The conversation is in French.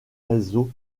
réseau